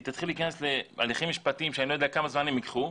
היא תתחיל להכנס להליכים משפטיים שאני לא יודע כמה זמן הם יקחו,